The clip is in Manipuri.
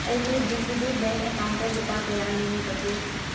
ꯑꯩꯒꯤ D C B bank account ꯂꯨꯄꯥ ꯀꯌꯥ ꯂꯦꯝꯃꯤꯕꯒꯦ